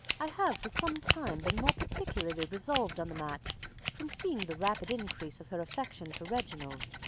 i have for some time been more particularly resolved on the match from seeing the rapid increase of her affection for reginald,